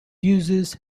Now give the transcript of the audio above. uses